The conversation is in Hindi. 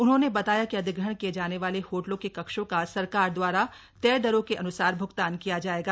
उन्होंने बताया कि अधिग्रहण किए जाने वाले होटलों के कक्षों का सरकार दवारा तय दरों के अनुसार भ्गतान किया जाएगा